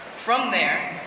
from there,